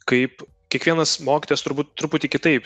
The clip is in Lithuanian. kaip kiekvienas mokytojas turbūt truputį kitaip